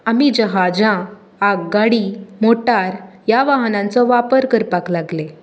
आमी जहाजां आगगाडी मोटार ह्या वाहनांचो वापर करपाक लागले